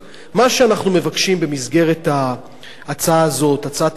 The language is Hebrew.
מה שאנחנו מבקשים במסגרת ההצעה הזאת, הצעת החוק,